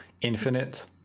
infinite